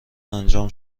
انجام